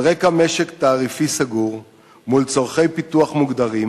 על רקע משק תעריפי סגור מול צורכי פיתוח מוגדרים,